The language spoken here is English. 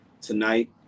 tonight